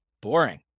Boring